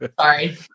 Sorry